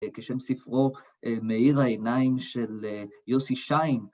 כשם ספרו, מאיר העיניים של יוסי שיין.